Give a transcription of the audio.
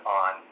on